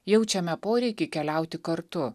jaučiame poreikį keliauti kartu